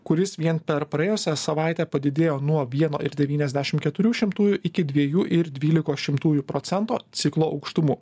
kuris vien per praėjusią savaitę padidėjo nuo vieno ir devyniasdešim keturių šimtųjų iki dviejų ir dvylikos šimtųjų procento ciklo aukštumų